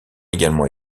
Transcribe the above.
également